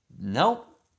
Nope